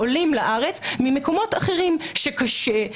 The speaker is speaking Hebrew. עולים לארץ ממקומות אחרים שקשה,